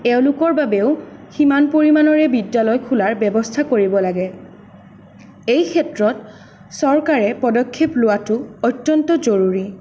এওঁলোকৰ বাবেও সিমান পৰিমাণৰে বিদ্যালয় খোলাৰ ব্যৱস্থা কৰিব লাগে এইক্ষেত্ৰত চৰকাৰে পদক্ষেপ লোৱাটো অত্যন্ত জৰুৰী